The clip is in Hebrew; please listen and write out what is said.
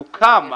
יוקם.